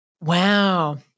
wow